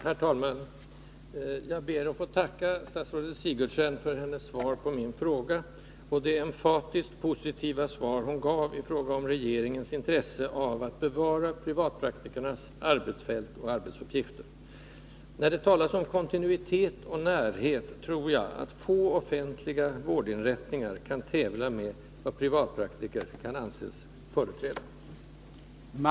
Herr talman! Jag ber att få tacka statsrådet Sigurdsen för hennes svar på min fråga och det emfatiskt postitiva besked hon gav beträffande regeringens intresse av att bevara privatpraktikernas arbetsfält och arbetsuppgifter. När det talas om kontinuitet och närhet tror jag att få offentliga vårdinrättningar kan tävla med privatpraktikerna.